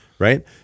right